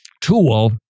tool